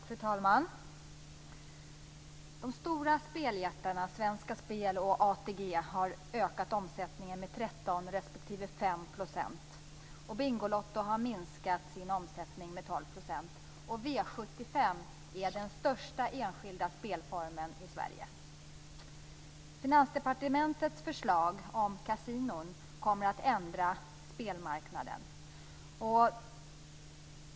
Fru talman! De stora speljättarna Svenska Spel och ATG har ökat omsättningen med 13 % respektive Finansdepartementets förslag om kasinon kommer att ändra spelmarknaden.